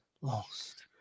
lost